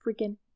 freaking